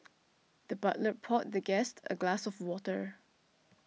the butler poured the guest a glass of water